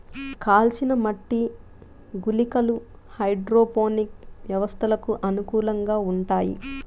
కాల్చిన మట్టి గుళికలు హైడ్రోపోనిక్ వ్యవస్థలకు అనుకూలంగా ఉంటాయి